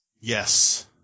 Yes